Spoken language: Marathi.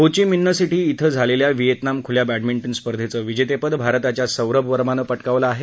हो ची मिन्ह सिटी क्वें झालेल्या व्हिएतनाम खुल्या बॅडमिंटन स्पर्धेचं विजेतेपद भारताच्या सौरभ वर्मानं पटकावलं आहे